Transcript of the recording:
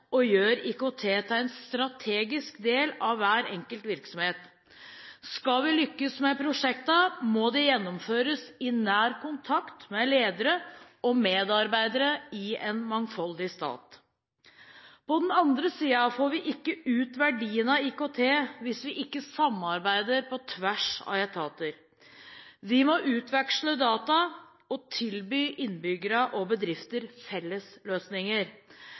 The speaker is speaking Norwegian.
og gjør IKT til en strategisk del av hver enkelt virksomhet. Skal vi lykkes med prosjektene, må de gjennomføres i nær kontakt med ledere og medarbeidere i en mangfoldig stat. På den annen side får vi ikke ut verdiene av IKT hvis vi ikke samarbeider på tvers av etater. Vi må utveksle data og tilby innbyggerne og bedrifter